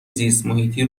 زیستمحیطی